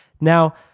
Now